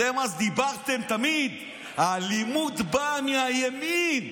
אתם אז דיברתם תמיד: האלימות באה מהימין.